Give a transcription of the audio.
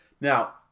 Now